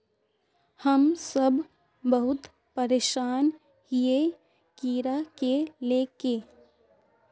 हम सब बहुत परेशान हिये कीड़ा के ले के?